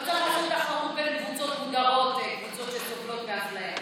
תחרות בין קבוצות מודרות, קבוצות שסובלות מאפליה.